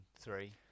three